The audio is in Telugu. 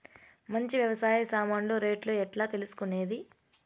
మంచి వ్యవసాయ సామాన్లు రేట్లు ఎట్లా తెలుసుకునేది?